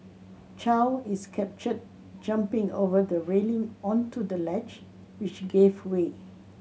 Chow is captured jumping over the railing onto the ledge which gave way